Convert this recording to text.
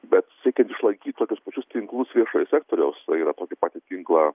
bet siekiant išlaikyti tokius tinklus viešojo sektoriaus tai yra tokį patį tinklą